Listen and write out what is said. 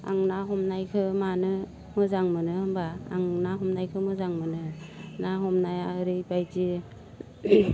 आं ना हमनायखो मानो मोजां मोनो होमब्ला आं ना हमनायखौ मोजां मोनो ना हमनाया ओरैबायदि